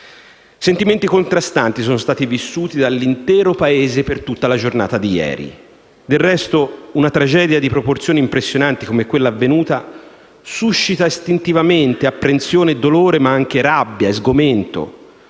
Sentimenti contrastanti sono stati vissuti dall'intero Paese per tutta la giornata di ieri. Del resto, una tragedia di proporzioni impressionanti come quella avvenuta suscita istintivamente apprensione e dolore, ma anche rabbia e sgomento.